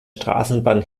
straßenbahn